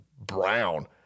brown